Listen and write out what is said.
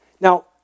Now